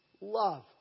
Love